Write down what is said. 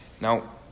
Now